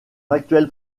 actuel